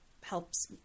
helps